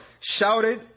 shouted